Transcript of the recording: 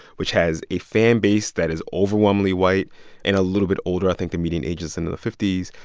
which has a fan base that is overwhelmingly white and a little bit older i think the median age is in the the fifty s.